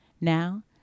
Now